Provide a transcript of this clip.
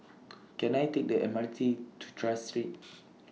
Can I Take The M R T to Tras Street